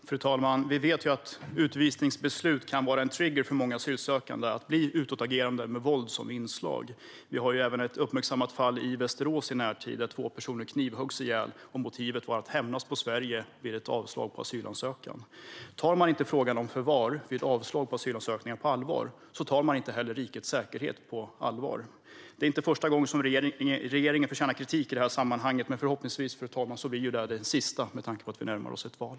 Fru talman! Vi vet att utvisningsbeslut kan vara en trigger för många asylsökande och göra dem utåtagerande med våld som inslag. Vi har ett uppmärksammat fall i Västerås i närtid. Två personer knivhöggs ihjäl, och motivet var att hämnas på Sverige för ett avslag på en asylansökan. Tar man inte frågan om förvar vid avslag på asylansökan på allvar tar man inte heller rikets säkerhet på allvar. Det här är inte första gången regeringen förtjänar kritik i detta sammanhang, men förhoppningsvis är det den sista med tanke på att vi närmar oss ett val.